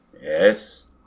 yes